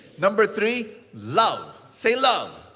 number three, love. say, love.